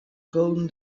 golden